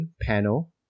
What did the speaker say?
panel